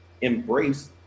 embrace